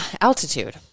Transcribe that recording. Altitude